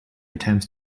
attempts